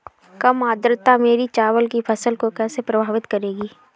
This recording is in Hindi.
कम आर्द्रता मेरी चावल की फसल को कैसे प्रभावित करेगी?